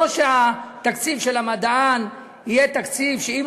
זה לא שהתקציב של המדען יהיה תקציב שאם